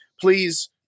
please